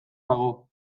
dago